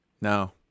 No